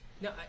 No